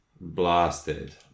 Blasted